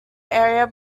area